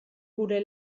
gure